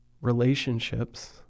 Relationships